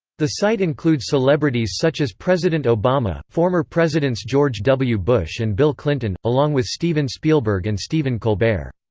the site includes celebrities such as president obama, former presidents george w. bush and bill clinton, along with steven spielberg and stephen colbert.